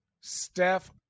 Steph